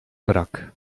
brak